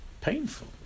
painful